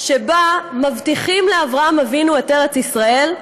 שבה מבטיחים לאברהם אבינו את ארץ ישראל,